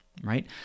right